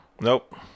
nope